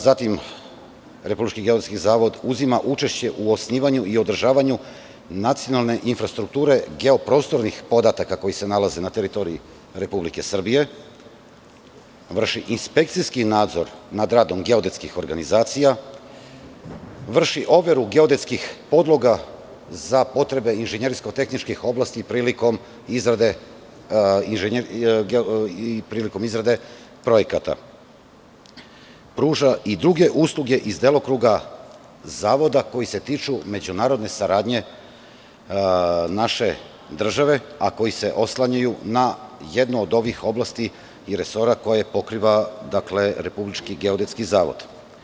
Republički geodetski zavod uzima učešće u osnivanju i održavanju nacionalne infrastrukture geoprostornih podataka koji se nalaze na teritoriji Republike Srbije, vrši inspekcijski nadzor nad radom geodetskih organizacija, vrši overu geodetskih podloga za potrebe inženjersko-tehničkih oblasti prilikom izrade projekata, pruža i druge usluge iz delokruga Zavoda koje se tiču međunarodne saradnje naše države, a koje se oslanjaju na jednu od ovih oblasti i resora koje pokriva Republički geodetski zavod.